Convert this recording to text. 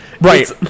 Right